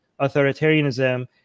authoritarianism